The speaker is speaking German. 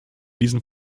diesen